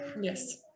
Yes